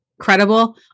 Credible